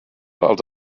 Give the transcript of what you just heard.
els